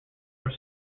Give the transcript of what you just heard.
were